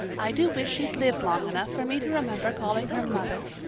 i do wish she'd lived long enough for me to remember calling her mother.